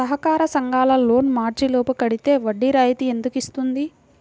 సహకార సంఘాల loan March లోపు కట్టితే వడ్డీ రాయితీ ఎందుకు ఇస్తుంది?